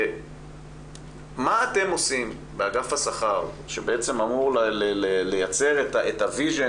מה אתם עושים באגף השכר שבעצם אמור לייצר את החזון